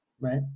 Right